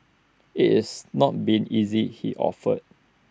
IT is not been easy he offered